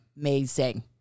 amazing